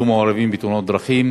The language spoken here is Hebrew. היו 2,529 צעירים מעורבים בתאונות דרכים,